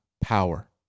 power